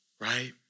right